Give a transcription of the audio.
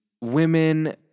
women